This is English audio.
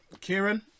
Kieran